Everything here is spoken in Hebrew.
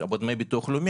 בדמי הביטוח הלאומי.